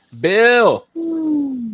Bill